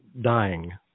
Dying